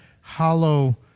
hollow